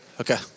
Okay